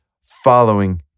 following